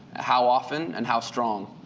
how often, and how strong.